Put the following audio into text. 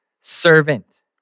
servant